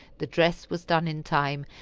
the dress was done in time,